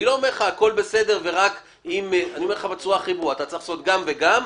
אני אומר בצורה הכי ברורה שאתה צריך לעשות גם וגם,